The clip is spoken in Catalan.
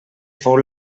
fou